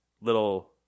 little